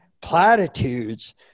platitudes